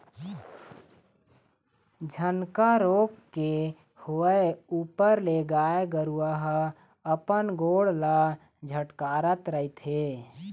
झनकहा रोग के होय ऊपर ले गाय गरुवा ह अपन गोड़ ल झटकारत रहिथे